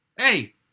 Hey